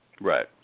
Right